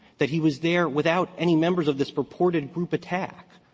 that he was there without any members of this purported group attack,